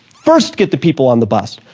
first get the people on the bus,